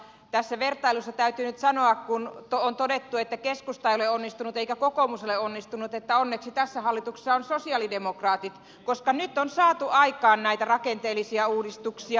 tässä vertailussa täytyy nyt sanoa kun on todettu että keskusta ei ole onnistunut eikä kokoomus ei ole onnistunut että onneksi tässä hallituksessa on sosialidemokraatit koska nyt on saatu aikaan näitä rakenteellisia uudistuksia